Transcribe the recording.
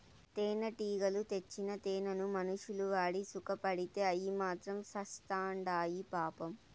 తేనెటీగలు తెచ్చిన తేనెను మనుషులు వాడి సుకపడితే అయ్యి మాత్రం సత్చాండాయి పాపం